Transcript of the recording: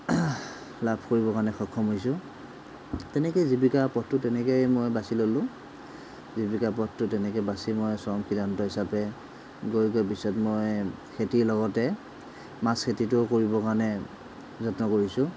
লাভ কৰিবৰ কাৰণে সক্ষম হৈছোঁ তেনেকেই জীৱিকাৰ পথটো তেনেকেই মই বাছি ললোঁ জীৱিকাৰ পথটো তেনেকৈ বাছি মই চৰম সিদ্ধান্ত হিচাপে গৈ গৈ পিছত মই খেতিৰ লগতে মাছ খেতিটোও কৰিবৰ কাৰণে যত্ন কৰিছোঁ